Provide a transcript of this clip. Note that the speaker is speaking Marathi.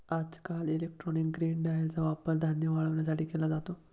आजकाल इलेक्ट्रॉनिक ग्रेन ड्रायरचा वापर धान्य वाळवण्यासाठी केला जातो